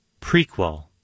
Prequel